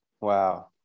Wow